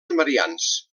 marians